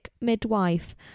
midwife